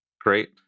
Great